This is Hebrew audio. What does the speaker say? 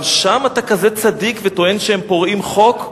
גם שם אתה כזה צדיק וטוען שהם פורעים חוק?